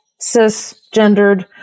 cisgendered